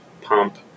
pump